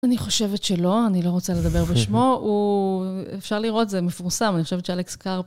אני חושבת שלא, אני לא רוצה לדבר בשמו. הוא... אפשר לראות, זה מפורסם, אני חושבת שאלכס קאר...